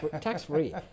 tax-free